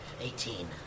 eighteen